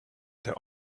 der